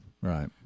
Right